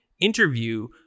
interview